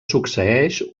succeeix